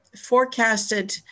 forecasted